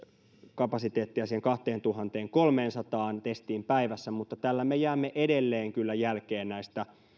kapasiteettia siihen kahteentuhanteenkolmeensataan testiin päivässä mutta tällä me jäämme kyllä edelleen jälkeen näistä